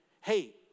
hey